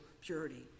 purity